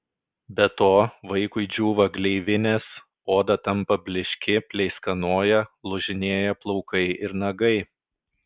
be to vaikui džiūva gleivinės oda tampa blykši pleiskanoja lūžinėja plaukai ir nagai